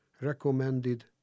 recommended